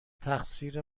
تقصیر